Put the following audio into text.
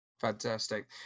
Fantastic